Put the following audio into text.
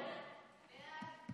סעיף 1